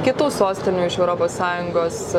kitų sostinių iš europos sąjungos